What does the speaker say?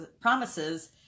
promises